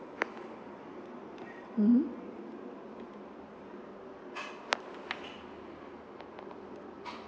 mmhmm